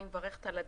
אני מברכת על הדיון.